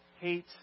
hate